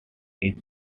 each